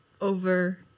over